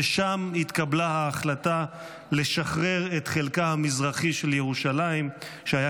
ושם התקבלה ההחלטה לשחרר את חלקה המזרחי של ירושלים שהיה